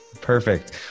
Perfect